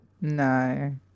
no